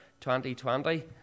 2020